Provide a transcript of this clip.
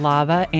Lava